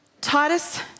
Titus